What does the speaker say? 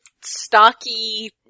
stocky